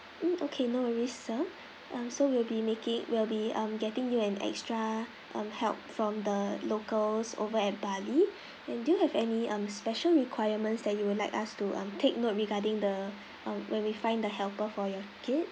mm okay no worries sir err so we'll be making we'll be um getting you an extra um help from the locals over at bali and do you have any um special requirements that you would like us to um take note regarding the uh when we find the helper for your kid